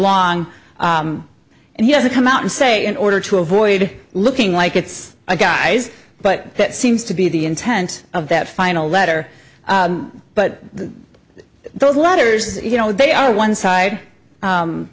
long and he had to come out and say in order to avoid looking like it's a guy's but that seems to be the intent of that final letter but those letters you know they are one side